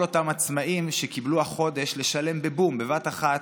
כל אותם עצמאים שקיבלו החודש לשלם בבום, בבת אחת,